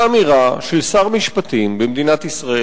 לאמירה של שר משפטים במדינת ישראל.